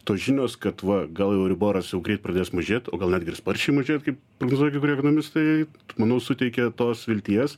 tos žinios kad va gal jau riboras jau greit pradės mažėt o gal netgi ir sparčiai mažėt kaip prognozuoja kai kurie ekonomistai manau suteikė tos vilties